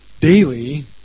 Daily